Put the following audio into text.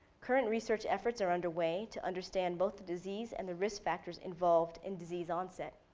current research efforts are under way to understand both the disease and the risk factors involved in disease onset.